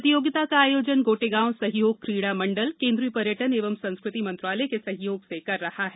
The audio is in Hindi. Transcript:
प्रतियोगिता का आयोजन गोटेगांव सहयोग क्रीड़ा मंडल केन्द्रीय पर्यटन एवं संस्कृति मंत्रालय के सहयोग से कर रहा है